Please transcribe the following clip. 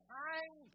time